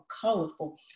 colorful